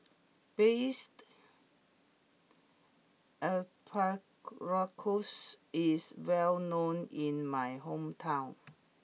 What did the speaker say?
Braised Asparagus is well known in my hometown